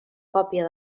còpia